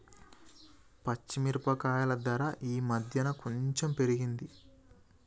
పచ్చి మిరపకాయల ధర ఈ మధ్యన కొంచెం పెరిగింది